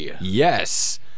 Yes